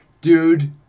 Dude